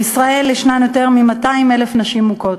בישראל יש יותר מ-200,000 נשים מוכות.